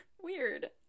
Weird